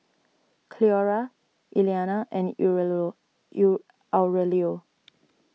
Cleora Elianna and Aurelio